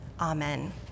Amen